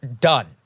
done